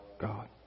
God